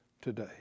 today